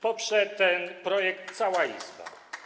Poprze ten projekt cała Izba.